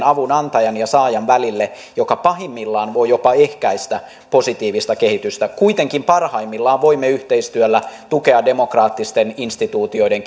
avunantajan ja saajan välille kiusallisen riippuvuussuhteen joka pahimmillaan voi jopa ehkäistä positiivista kehitystä kuitenkin parhaimmillaan voimme yhteistyöllä tukea demokraattisten instituutioiden